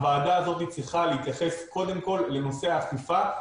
הוועדה הזאתי צריכה להתייחס קודם כל לנושא האכיפה.